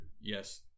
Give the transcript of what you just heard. yes